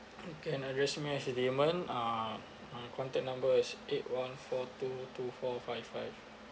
(pcc) can address me as damon uh my contact number is eight one four two two four five five